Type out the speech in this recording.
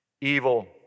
evil